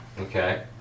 Okay